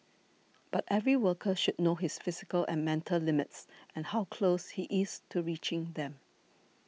but every worker should know his physical and mental limits and how close he is to reaching them